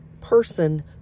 person